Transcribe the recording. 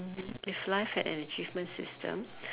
mmhmm if life had an achievement system